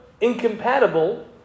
incompatible